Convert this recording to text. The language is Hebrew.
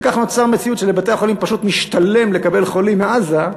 וכך נוצרה מציאות שלבתי-החולים פשוט משתלם לקבל חולים מעזה,